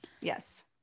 Yes